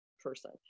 person